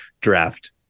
draft